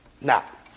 Now